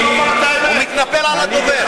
תרחיק אותו, הוא מתנפל על הדובר.